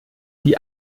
die